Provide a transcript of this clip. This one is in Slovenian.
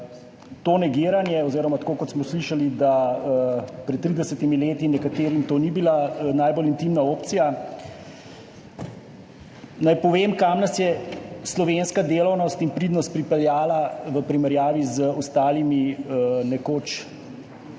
to negiranje oziroma tako kot smo slišali, da pred 30 leti nekaterim to ni bila najbolj intimna opcija. Naj povem, kam nas je slovenska delavnost in pridnost pripeljala v primerjavi z ostalimi nekoč